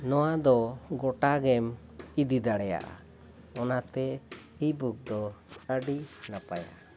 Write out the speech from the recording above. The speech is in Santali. ᱱᱚᱣᱟ ᱫᱚ ᱜᱚᱴᱟᱜᱮᱢ ᱤᱫᱤ ᱫᱟᱲᱮᱭᱟᱜᱼᱟ ᱚᱱᱟᱛᱮ ᱤᱼᱵᱩᱠ ᱫᱚ ᱟᱹᱰᱤ ᱱᱟᱯᱟᱭᱟ